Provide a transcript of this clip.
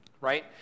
right